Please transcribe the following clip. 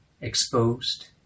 exposed